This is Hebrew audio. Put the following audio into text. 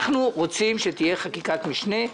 אנחנו רוצים שתהיה חקיקת משנה.